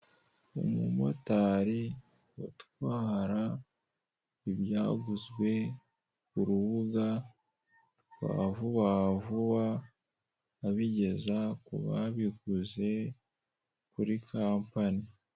Umu motari utwara ibyaguzwe ku rubuga rwa Vuba Vuba, abigeza kubabiguze kuri kampani.